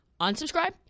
unsubscribe